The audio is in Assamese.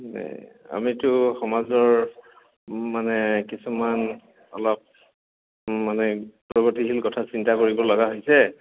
আমিতো সমাজৰ মানে কিছুমান অলপ মানে প্ৰগতিশীল কথা চিন্তা কৰিব লগা হৈছে